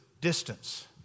distance